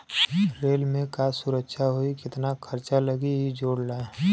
rail में का सुधार होई केतना खर्चा लगी इ जोड़ला